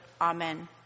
Amen